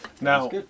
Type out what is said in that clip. Now